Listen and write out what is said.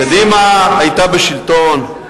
אני שואל: באותה שעה, כשקדימה היתה בשלטון,